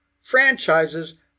franchises